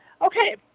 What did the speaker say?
Okay